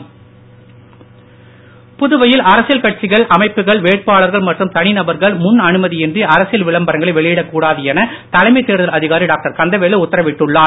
விளம்பரம் அனுமதி புதுவையில் அரசியல் கட்சிகள்அமைப்புகள்வேட்பாளர்கள் மற்றும் தனிநபர்கள் முன் அனுமதியின்றி அரசியல் விளம்பரங்களை வெளியிடக் கூடாது என தலைமை தேர்தல் அதிகாரி டாக்டர் கந்தவேலு உத்தரவிட்டுள்ளார்